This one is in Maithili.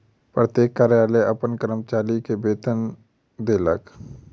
प्रत्येक कार्यालय अपन कर्मचारी के वेतन विवरण देलक